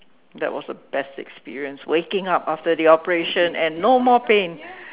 that was a best experience waking up after the operation and no more pain